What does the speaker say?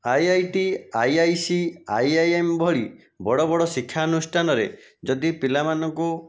I I T I I C I I M ଭଳି ବଡ଼ ବଡ଼ ଶିକ୍ଷାନୁଷ୍ଠାନରେ ଯଦି ପିଲାମାନଙ୍କୁ